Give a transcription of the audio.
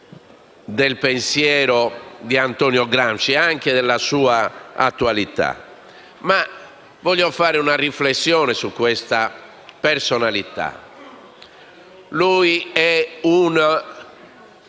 del pensiero di Antonio Gramsci, oltre alla sua attualità. Voglio però fare una riflessione su questa personalità: è un